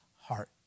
heart